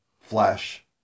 flash